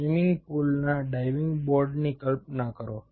swimming પૂલના diving બોર્ડની કલ્પના કરો